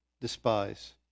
despise